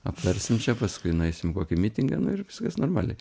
aptarsim čia paskui nueisim į kokį mitingą ir viskas normaliai